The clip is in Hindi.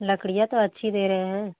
लकड़ियाँ तो अच्छी दे रहे हैं